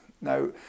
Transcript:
Now